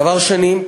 דבר שני,